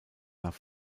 nach